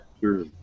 Sure